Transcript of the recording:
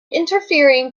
interfering